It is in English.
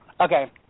Okay